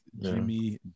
Jimmy